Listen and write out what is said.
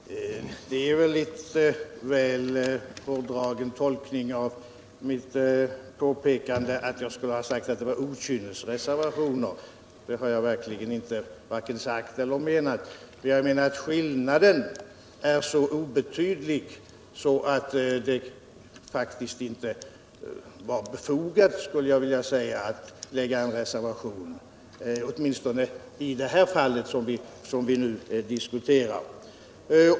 Herr talman! Det är en litet väl hårdragen tolkning av mitt påpekande att jag skulle ha sagt, att det var fråga om okynnesreservationer. Det har jag verkligen inte vare sig sagt eller menat. Men jag menar att skillnaden i uppfattning är så obetydlig att det faktiskt inte var befogat med någon reservation, åtminstone inte i det fall som vi nu diskuterar.